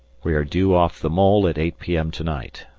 we are due off the mole at eight p m. tonight,